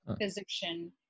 physician